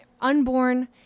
unborn